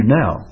now